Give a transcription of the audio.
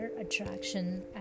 attraction